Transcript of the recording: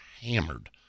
hammered